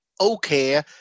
okay